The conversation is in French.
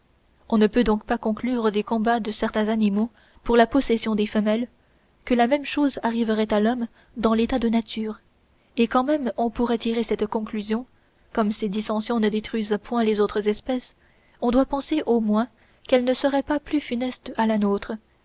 on ne peut donc pas conclure des combats de certains animaux pour la possession des femelles que la même chose arriverait à l'homme dans l'état de nature et quand même on pourrait tirer cette conclusion comme ces dissensions ne détruisent point les autres espèces on doit penser au moins qu'elles ne seraient pas plus funestes à la nôtre